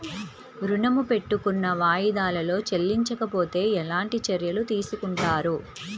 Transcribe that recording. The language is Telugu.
ఋణము పెట్టుకున్న వాయిదాలలో చెల్లించకపోతే ఎలాంటి చర్యలు తీసుకుంటారు?